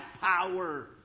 power